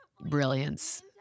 brilliance